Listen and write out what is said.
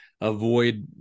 avoid